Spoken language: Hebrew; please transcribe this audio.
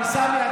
אבל סמי,